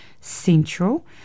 Central